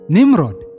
Nimrod